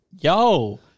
Yo